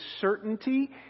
certainty